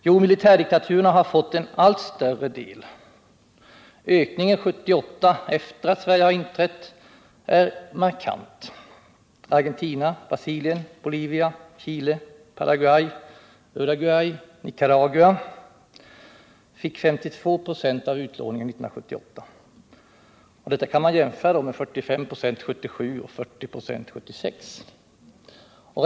Jo, militärdiktaturerna har fått en allt större del. Ökningen 1978, efter det att Sverige inträtt, är markant. Argentina, Brasilien, Bolivia, Chile, Paraguay, Uruguay och Nicaragua fick 52 26 av utlåningen 1978. Denna siffra kan jämföras med 45 96 1977 och 40 26 1976.